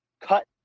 cut